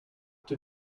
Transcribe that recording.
did